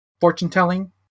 fortune-telling